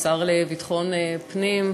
השר לביטחון פנים,